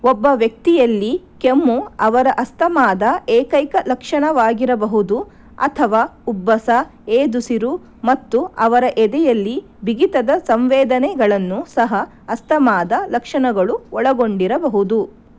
ಒಬ್ಬ ವ್ಯಕ್ತಿಯಲ್ಲಿ ಕೆಮ್ಮು ಅವರ ಅಸ್ತಮಾದ ಏಕೈಕ ಲಕ್ಷಣವಾಗಿರಬಹುದು ಅಥವಾ ಉಬ್ಬಸ ಏದುಸಿರು ಮತ್ತು ಅವರ ಎದೆಯಲ್ಲಿ ಬಿಗಿತದ ಸಂವೇದನೆಗಳನ್ನು ಸಹ ಅಸ್ತಮಾದ ಲಕ್ಷಣಗಳು ಒಳಗೊಂಡಿರಬಹುದು